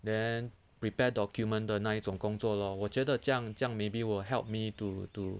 then prepare document 的那一种工作 lor 我觉得这样这样 maybe will help me to to